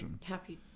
happy